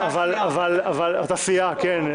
אתה סיעה, כן.